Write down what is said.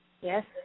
Yes